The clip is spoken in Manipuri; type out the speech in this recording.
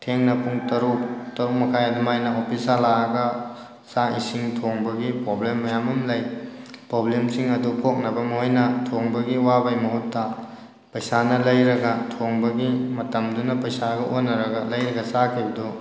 ꯊꯦꯡꯅ ꯄꯨꯡ ꯇꯔꯨꯛ ꯇꯔꯨꯛ ꯃꯈꯥꯏ ꯑꯗꯨꯃꯥꯏꯅ ꯑꯣꯐꯤꯁ ꯍꯜꯂꯛꯑꯒ ꯆꯥꯛ ꯏꯁꯤꯡ ꯊꯣꯡꯕꯒꯤ ꯄ꯭ꯔꯣꯕ꯭ꯂꯦꯝ ꯃꯌꯥꯝ ꯑꯃ ꯂꯩ ꯄ꯭ꯔꯣꯕ꯭ꯂꯦꯝꯁꯤꯡ ꯑꯗꯨ ꯀꯣꯛꯅꯕ ꯃꯈꯣꯏꯅ ꯊꯣꯡꯕꯒꯤ ꯋꯥꯕꯒꯤ ꯃꯍꯨꯠꯇ ꯄꯩꯁꯥꯅ ꯂꯩꯔꯒ ꯊꯣꯡꯕꯒꯤ ꯃꯇꯝꯗꯨꯅ ꯄꯩꯁꯥꯒ ꯑꯣꯟꯅꯔꯒ ꯂꯩꯔꯒ ꯆꯥꯈꯤꯕꯗꯨ